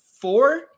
four